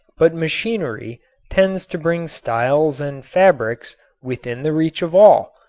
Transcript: but machinery tends to bring styles and fabrics within the reach of all.